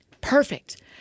perfect